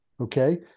okay